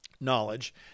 knowledge